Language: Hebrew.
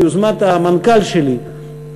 ביוזמת המנכ"ל שלי,